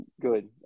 good